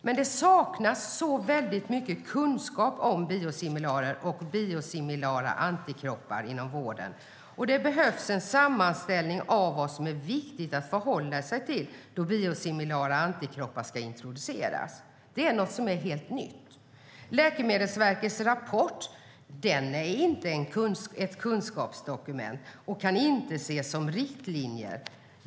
Men det saknas mycket kunskap om biosimilarer och biosimilara antikroppar inom vården och det behövs en sammanställning av vad som är viktigt att förhålla sig till då biosimilara antikroppar ska introduceras. Det är någonting som är helt nytt. Läkemedelsverkets rapport är inte ett kunskapsdokument och kan inte ses som riktlinjer.